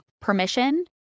permission